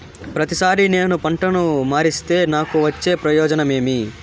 ప్రతిసారి నేను పంటను మారిస్తే నాకు వచ్చే ప్రయోజనం ఏమి?